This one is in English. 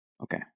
Okay